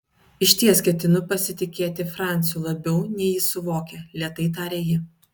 išties ketinu pasitikėti franciu labiau nei jis suvokia lėtai tarė ji